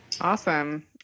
Awesome